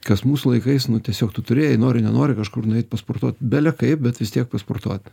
kas mūsų laikais nu tiesiog tu turėjai nori nenori kažkur nueit pasportuot bele kaip bet vis tiek pasportuot